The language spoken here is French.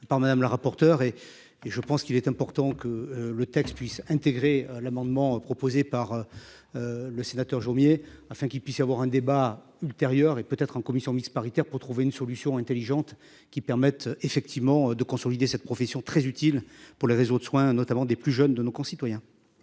par madame la rapporteure et et je pense qu'il est important que le texte puisse intégrer l'amendement proposé par. Le sénateur Jomier afin qu'il puisse y avoir un débat ultérieur et peut-être en commission mixte paritaire pour trouver une solution intelligente qui permettent effectivement de consolider cette profession très utile pour les réseaux de soins, notamment des plus jeunes de nos concitoyens.